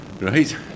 right